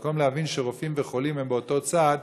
במקום להבין שרופאים וחולים הם באותו צד,